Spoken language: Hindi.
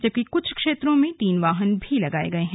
जबकि कुछ क्षेत्रों में तीन वाहन भी लगाए गए हैं